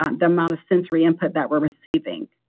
ah the amount of sensory input that we're receiving.